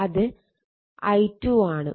അത് i2 ആണ്